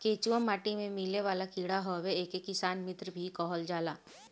केचुआ माटी में मिलेवाला कीड़ा हवे एके किसान मित्र भी कहल जाला